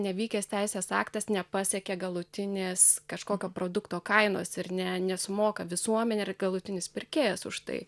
nevykęs teisės aktas nepasiekia galutinės kažkokio produkto kainos ir ne nesumoka visuomenė ir galutinis pirkėjas už tai